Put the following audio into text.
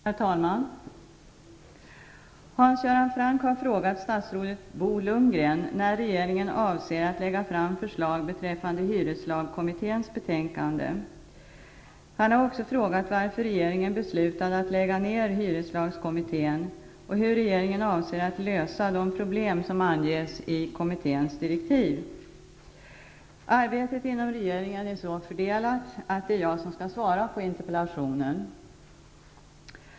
Herr talman! Hans Göran Franck har frågat statsrådet Bo Lundgren när regeringen avser att lägga fram förslag beträffande hyreslagskommitténs betänkande. Han har också frågat varför regeringen beslutade att lägga ned hyreslagskommittén och hur regeringen avser att lösa de problem som anges i kommitténs direktiv. Arbetet inom regeringen är så fördelat att det är jag som skall svara på interpellationen.